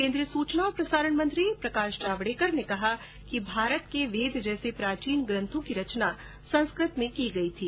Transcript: केन्द्रीय सूचना और प्रसारण मंत्री प्रकाश जावडेकर ने कहा है कि भारत के वेद जैसे प्राचीन ग्रंथों की रचना संस्कृत में की गई थी